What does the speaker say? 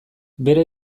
bera